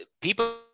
People